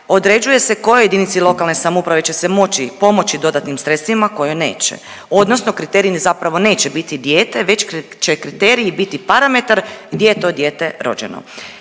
određuje se kojoj jedinici lokalne samouprave će se moći pomoći dodatnim sredstvima kojoj neće odnosno kriterij ni zapravo neće biti dijete već će kriterij biti parametar gdje je to dijete rođeno.